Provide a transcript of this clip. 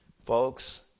Folks